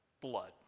blood